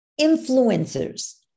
Influencers